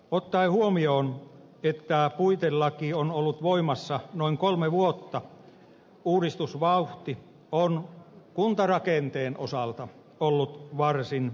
ottaen huomioon että puitelaki on ollut voimassa noin kolme vuotta uudistusvauhti on kuntarakenteen osalta ollut varsin hyvä